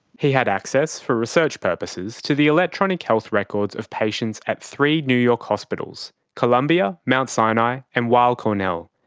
he had access, for research purposes, to the electronic health records of patients at three new york hospitals columbia, mount sinai and weill cornell.